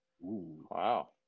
Wow